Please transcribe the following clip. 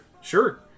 Sure